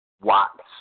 Watts